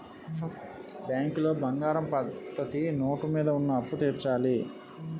బ్యాంకులో బంగారం పద్ధతి నోటు మీద ఉన్న అప్పు తీర్చాలి